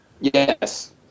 Yes